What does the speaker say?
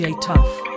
tough